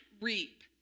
reap